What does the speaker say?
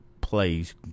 plays